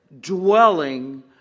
dwelling